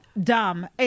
dumb